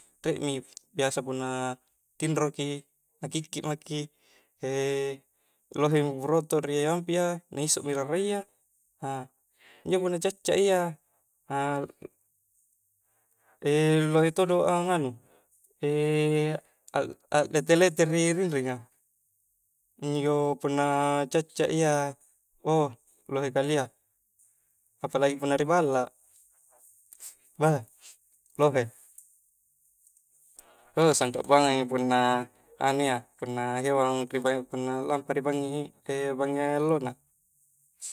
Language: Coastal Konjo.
Riekmi, biasa punna tinro ki nakikkik maki, lohe mi burotok riampik a, naisokmi rarayya, injo punna cacca ia lohe todo angnganu aklete-lete ri rinring a, injo punna cacca ia, ouh lohe kalia, apalagi punna riballak, beh, lohe, sangkak buangang punna anu ia punna hewan lampa ri bangngi bangngi allona.